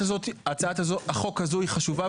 הצעת החוק הזו היא חשובה,